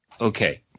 Okay